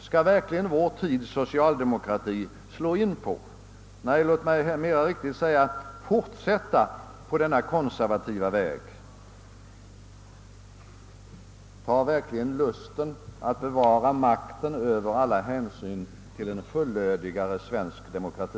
Skall verkligen vår tids svenska socialdemokrati slå in på, nej, — låt mig mera riktigt säga — fortsätta på denna konservativa väg? Tar verkligen lusten att bevara makten över alla hänsyn till en fullödigare svensk demokrati?